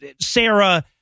Sarah